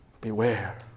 Beware